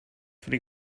free